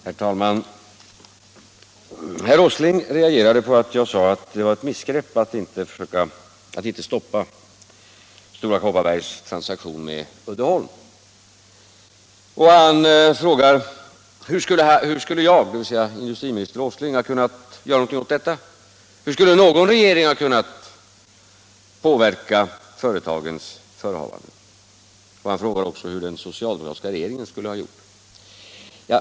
Herr talman! Herr Åsling reagerade mot mitt påstående att det var ett missgrepp att inte stoppa Stora Kopparbergs transaktion med Uddeholm. Han frågade hur han skulle ha kunnat göra någonting åt detta eller hur någon regering skulle ha kunnat påverka företagens förehavanden. Han frågade också hur den socialdemokratiska regeringen skulle ha gjort.